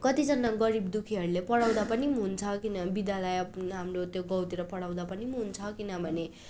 कतिजना गरिब दुःखीहरूले पढाउँदा पनि हुन्छ किनभने विद्यालय हाम्रो त्यो गाउँतिर पढाउँदा पनि हुन्छ किनभने